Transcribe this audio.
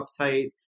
website